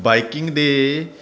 biking ਦੇ